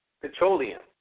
Petroleum